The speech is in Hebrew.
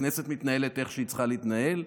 הכנסת מתנהלת כמו שהיא צריכה להתנהל.